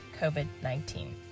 COVID-19